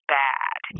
bad